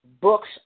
Books